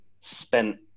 spent